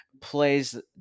plays